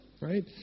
right